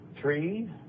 Three